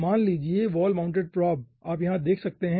मान लीजिए कि वॉल माउंटेड प्रोब आप यहां देख सकते हैं